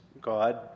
God